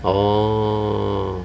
oh